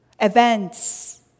events